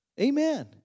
Amen